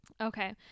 Okay